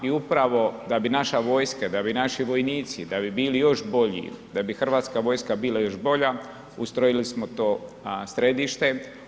I upravo da bi naša vojska, da bi naši vojnici bili još bolji, da bi Hrvatska vojska bila još bolja ustrojili smo to središte.